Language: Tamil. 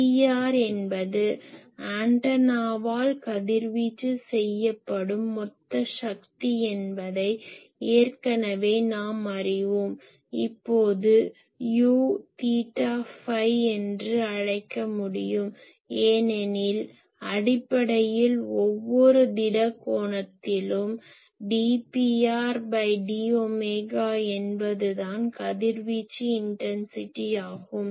Pr என்பது ஆண்டனாவால் கதிர்வீச்சு செய்யப்படும் மொத்த சக்தி என்பதை ஏற்கனவே நாம் அறிவோம் இப்போது Uதீட்டாஃபை என்று அழைக்க முடியும் ஏனெனில் அடிப்படையில் ஒவ்வொரு திட கோணத்திலும் dPrdஒமேகா என்பது தான் கதிர்வீச்சு இன்டன்சிட்டி ஆகும்